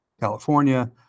California